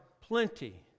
plenty